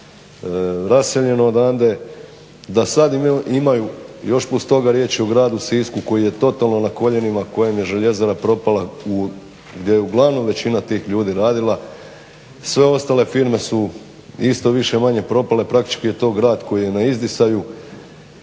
bilo raseljeno odande, da sada još imaju još plus toga riječ je o gradu Sisku koji je totalno na koljenima, kojem je željezara propala gdje je uglavnom većina ljudi radila. Sve ostale firme su isto više-manje propale, praktički je to grad koji je na izdisaju.